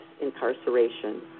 incarceration